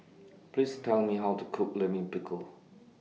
Please Tell Me How to Cook Lime Pickle